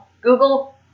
Google